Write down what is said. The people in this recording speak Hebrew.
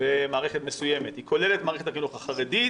במערכת מסוימת, היא כוללת את מערכת החינוך החרדית.